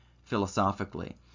philosophically